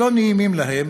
שלא נעימים להם,